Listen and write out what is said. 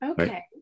Okay